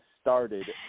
started